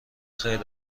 خیرت